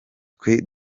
twe